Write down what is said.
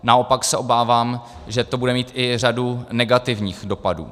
Naopak se obávám, že to bude mít i řadu negativních dopadů.